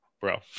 Bro